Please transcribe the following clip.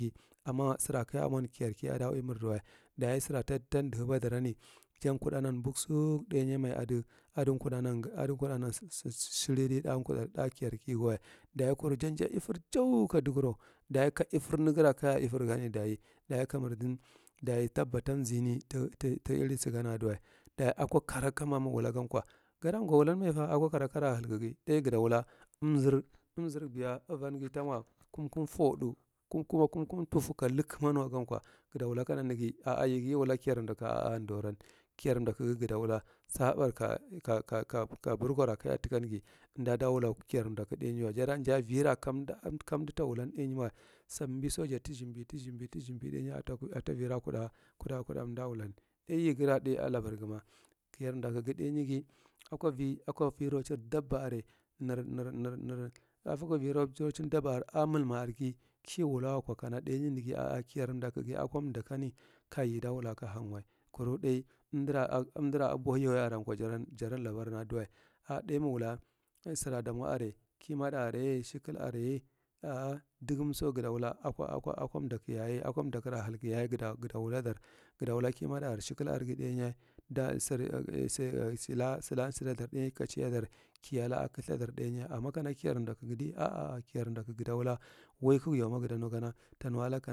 Amma sara kaya mwan, kiya ki a ur madawa, dayi sara ta ndah abadar, jan kuɗanan, buksuu ɗainame ada kuɗanan, ada kuɗanan sad, sad sariri ɗakuɗur su kiyar kigawa. Dayi kuru jan ja ifar, ja ifar jau kaduguro. Dayi ka shifaruni gara kaya shifargan dayi ta mardan dayi dabba tamzini ta, ta irisagan aduwa dayi akwa karakanma magwala sankwa, gada ngwalanmefa, akwa karakara haikasi ɗai gada wula amzar, amzar, biya avanga tamuwa kum kum foɗu, kum kum ntufu ka lakamnwugan kwa sada wula kwa hgi a a yi si iwula kiyar mdaku. A’a ndon an kiyar ndakuga gada wula saɓar ka, ka, ka burgoro ka takangi, amdada wula kiyar mdaku dainyiwa jada njai avira kanda, kamda ta wulan ɗuinyawa. Sambiso jata tshimbi, taishinmbi, tabshibi ɗaiwya a a ivira kuɗa, kuɗa amda wulan. Dai yigara ɗai alabar sama kiyar mdukusi ɗainyigi ukwa vir, akwavira rocin dabba are nar, nar, narr akwa virrocin dabbar ar, amalma argi, kiwule wukwa kama ɗai nanagi kiyar mdakugi akwa mdakami, leai ita wula ka hangwa. Kuru ɗai amdru ak, amdara abohiyyaye avankwa jaran, jaran labar aduwa. aɗai mgwula sara damwa are, kimaɗa are, mshikal are, a’a dagamso gadu wula akwa, akwa, akwa mdakura halkayaye sada wula gada wuladar, gadn wula kimaɗa are, mshikal are, shikal argi ɗaiuya, mdasar, sar sala, sala sadadar ɗainya kucedar. Kiyala nkathadar ɗainya. Amma kama kiyar mdalhugi, kiyar mdakugi gada wula, gada wula wai kaga yauma, gada nu kana ta nuwalaga.